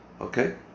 Okay